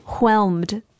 whelmed